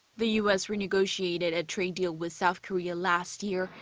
the u s. renegotiated a trade deal with south korea last year,